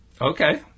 Okay